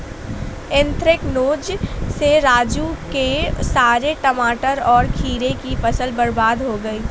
anthracnose से राजू के सारे टमाटर और खीरे की फसल बर्बाद हो गई